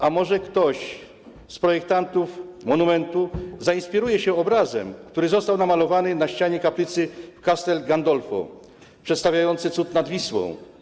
A może ktoś z projektantów monumentu zainspiruje się obrazem, który został namalowany na ścianie kaplicy Castel Gandolfo, przedstawiającym cud nad Wisłą?